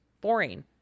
boring